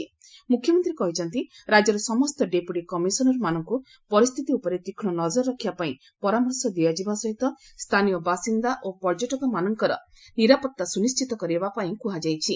ମ୍ରଖ୍ୟମନ୍ତ୍ରୀ କହିଛନ୍ତି ରାଜ୍ୟର ସମସ୍ତ ଡେପ୍ରଟି କମିଶନର୍ମାନଙ୍କ ପରିସ୍ଥିତି ଉପରେ ତୀକ୍ଷଣ ନଜର ରଖିବାପାଇଁ ପରାମର୍ଶ ଦିଆଯିବା ସହିତ ସ୍ଥାନୀୟ ବାସିନ୍ଦା ଓ ପର୍ଯ୍ୟଟକମାନଙ୍କର ନିରାପତ୍ତା ସୁନିଶିତ କରିବାପାଇଁ କୁହାଯାଇଛି